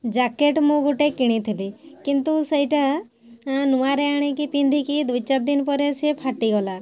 jacket ମୁଁ ଗୋଟେ କିଣିଥିଲି କିନ୍ତୁ ସେଇଟା ନୂଆରେ ଆଣିକି ପିନ୍ଧିକି ଦୁଇ ଚାରି ଦିନ ପରେ ସିଏ ଫାଟିଗଲା